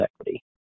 equity